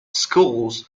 schools